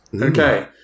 Okay